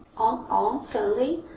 ah on sunday,